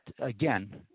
again